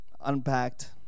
unpacked